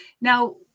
Now